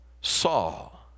Saul